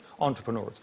entrepreneurs